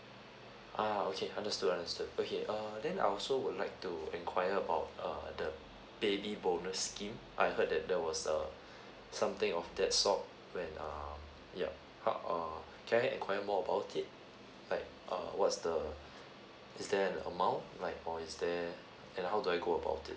ah okay understood understood okay err then I also would like to enquire about err the baby bonus scheme I heard that there was a something of that sort when err yup how err can I enquire more about it like err what's the is there an amount like or is there and how do I go about it